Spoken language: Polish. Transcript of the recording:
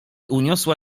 uniosła